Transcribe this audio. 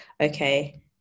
okay